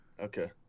Okay